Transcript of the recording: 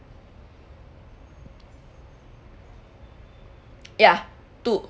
ya two